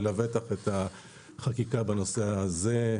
ולבטח את החקיקה בנושא הזה,